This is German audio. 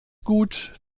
gut